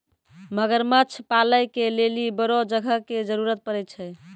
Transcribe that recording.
मगरमच्छ पालै के लेली बड़ो जगह के जरुरत पड़ै छै